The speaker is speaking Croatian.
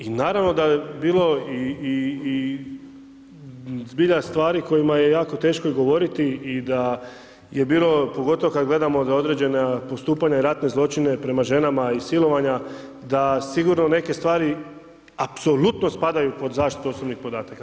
I naravno da je bilo i zbilja stvari kojima je jako teško i govoriti i da je bilo pogotovo kad gledamo na određena postupanja i ratne zločine prema ženama i silovanja da sigurno neke stvari apsolutno spadaju pod zaštitu osobnih podataka.